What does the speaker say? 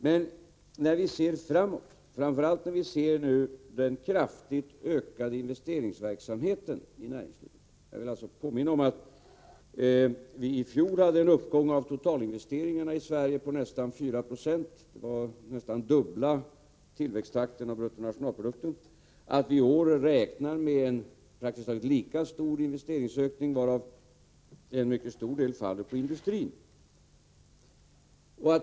Men när vi ser framåt, framför allt när det gäller den kraftigt ökade investeringsverksamheten i näringslivet — jag vill alltså påminna om att vi i fjol hade en uppgång av totalinvesteringarna i Sverige på närmare 4 96, nästan dubbelt så låg tillväxttakt som för bruttonationalprodukten — kan vi konstatera att vi i år räknar med en praktiskt taget lika stor investeringsökning. En mycket stor del därav faller på industrin.